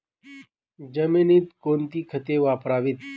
जमिनीत कोणती खते वापरावीत?